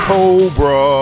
Cobra